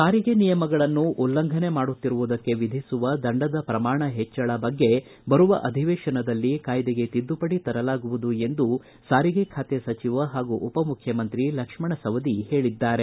ಸಾರಿಗೆ ನಿಯಮಗಳನ್ನು ಉಲ್ಲಂಘನೆ ಮಾಡುತ್ತಿರುವುದಕ್ಕೆ ವಿಧಿಸುವ ದಂಡದ ಶ್ರಮಾಣ ಹೆಚ್ಚಳ ಬಗ್ಗೆ ಬರುವ ಅಧಿವೇಶನದಲ್ಲಿ ಕಾಯ್ದೆಗೆ ತಿದ್ದುಪಡಿ ತರಲಾಗುವುದು ಎಂದು ಸಾರಿಗೆ ಖಾತೆ ಸಚಿವ ಹಾಗೂ ಉಪಮುಖ್ಯಮಂತ್ರಿ ಲಕ್ಷ್ಮಣ ಸವದಿ ಹೇಳಿದ್ದಾರೆ